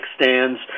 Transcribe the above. stands